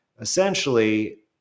essentially